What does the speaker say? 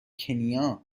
کنیا